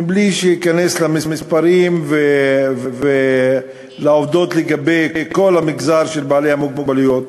בלי שניכנס למספרים ולעובדות לגבי כל המגזר של בעלי המוגבלויות,